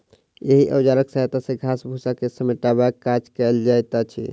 एहि औजारक सहायता सॅ घास फूस के समेटबाक काज कयल जाइत अछि